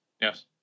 Yes